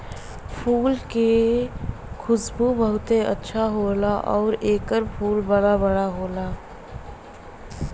फूल के खुशबू बहुते अच्छा होला आउर एकर फूल बड़ा बड़ा होला